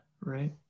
right